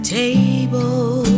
table